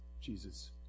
Jesus